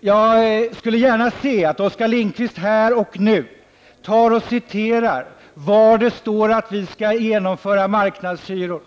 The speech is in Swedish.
Jag skulle gärna se att Oskar Lindkvist här och nu anger var det står att vi skall genomföra marknadshyror.